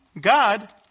God